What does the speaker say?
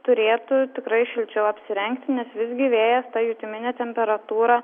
turėtų tikrai šilčiau apsirengti nes visgi vėjas tą jutiminę temperatūrą